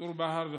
צור-באהר וחורה,